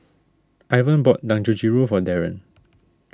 Ivan bought Dangojiru for Darron